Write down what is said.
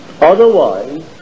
Otherwise